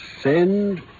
Send